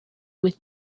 with